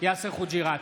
יאסר חוג'יראת,